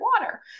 water